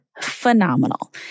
phenomenal